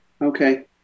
Okay